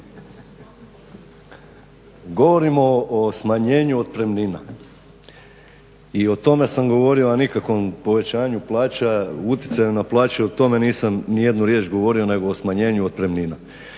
Govorimo o smanjenju otpremnina i o tome sam govorio, a nikakvom povećanju plaća, utjecaju na plaće, o tome nisam nijednu riječ govorio nego o smanjenju otpremnina.